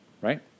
right